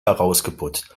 herausgeputzt